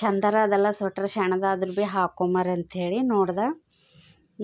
ಚೆಂದರೆ ಅದಲ್ಲ ಸ್ವೆಟ್ರ್ ಸಣ್ದಾದ್ರೂ ಭೀ ಹಾಕ್ಕೊಂಬರಿ ಅಂಥೇಳಿ ನೋಡ್ದೆ